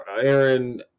Aaron